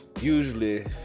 usually